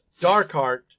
Darkheart